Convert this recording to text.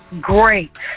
great